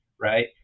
right